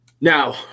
Now